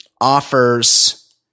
offers